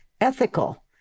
ethical